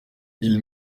ils